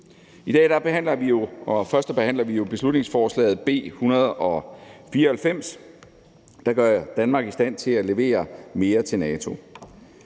I dag førstebehandler vi jo beslutningsforslaget, B 194, der gør Danmark i stand til at levere mere til NATO.